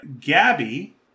Gabby